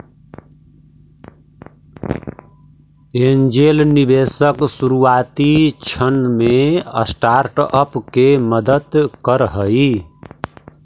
angel निवेशक शुरुआती क्षण में स्टार्टअप के मदद करऽ हइ